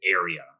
area